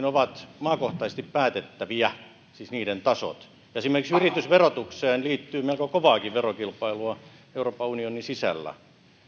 ovat maakohtaisesti päätettäviä esimerkiksi yritysverotukseen liittyy melko kovaakin verokilpailua euroopan unionin sisällä